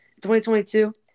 2022